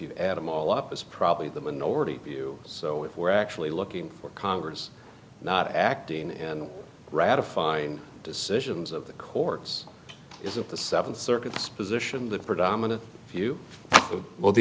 you add them all up it's probably the minority view so if we're actually looking for congress not acting in ratifying decisions of the courts is of the seven circuits position the predominant if you will the